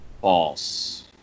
false